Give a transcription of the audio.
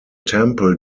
temple